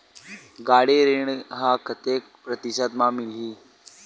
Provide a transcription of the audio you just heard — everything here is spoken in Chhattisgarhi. गाड़ी ऋण ह कतेक प्रतिशत म मिलही?